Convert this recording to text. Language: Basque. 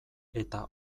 eta